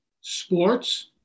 sports